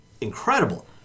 incredible